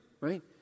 right